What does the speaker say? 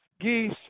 geese